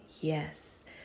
yes